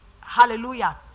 Hallelujah